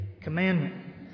Commandment